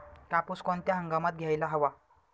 कापूस कोणत्या हंगामात घ्यायला हवा?